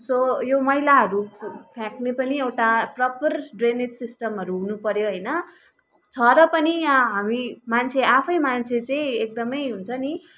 so यो मैलाहरू फ्याँक्ने पनि एउटा प्रपर ड्रेनेज सिस्टमहरू हुनु पऱ्यो होइन छ र पनि यहाँ हामी मान्छे आफै मान्छे चाहिँ एकदमै हुन्छ नि